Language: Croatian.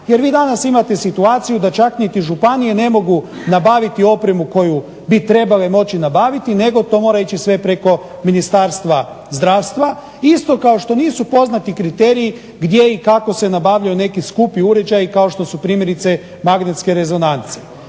Jer vi danas imate situaciju da čak niti županije ne mogu nabaviti opremu koju bi trebale moći nabaviti, nego to mora sve ići preko Ministarstva zdravstva, isto kao što nisu poznati kriteriji gdje i kako se nabavljaju skupi uređaji kao što su primjerice magnetske rezonance.